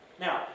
Now